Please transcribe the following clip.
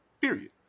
period